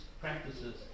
practices